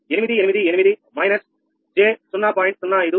9888 j 0